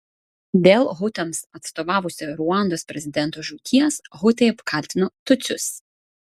dėl hutams atstovavusio ruandos prezidento žūties hutai apkaltino tutsius